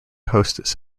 hostess